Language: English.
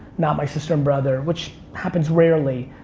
not my sister and brother, which happens rarely,